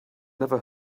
never